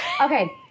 Okay